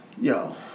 Yo